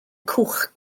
cwch